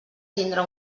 tindrà